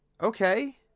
Okay